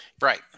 Right